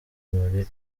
muri